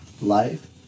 life